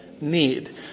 Need